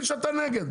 תגיד שאתה נגד?